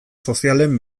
sozialen